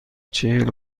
چهل